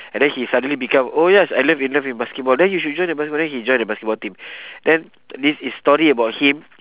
and then he suddenly become oh yes I love in love with basketball then you should join the basketball then he join the basketball team then this is story about him